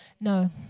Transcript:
no